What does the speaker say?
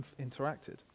interacted